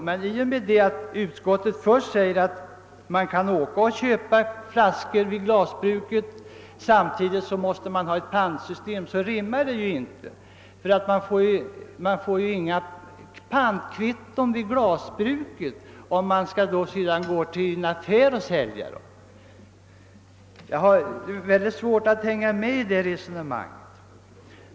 Men när utskottet först säger att man kan åka och köpa flaskor hos glasbruken och sedan säger att man också måste ha ett pantsystem så går det inte ihop. Man får ju inga pantkvitton vid glasbruken så att man kan sälja buteljerna i en affär. Jag har svårt att förstå det resonemanget.